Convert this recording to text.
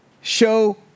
show